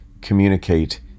communicate